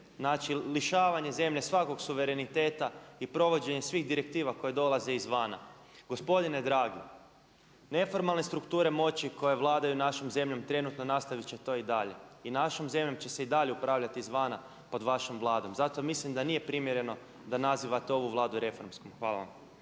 znači lišavanje zemlje svakog suvereniteta i provođenje svih direktiva koje dolaze izvana. Gospodine dragi neformalne strukture moći koje vladaju našom zemljom trenutno nastavit će to i dalje. I našom zemljom će se i dalje upravljati izvana pod vašom Vladom. Zato mislim da nije primjereno da nazivate ovu Vladu reformskom. Hvala vam.